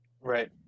Right